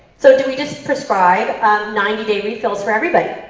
so do we just prescribe ninety day refills for everybody,